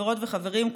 חברות וחברים,